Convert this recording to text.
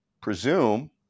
presume